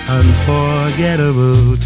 unforgettable